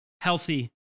healthy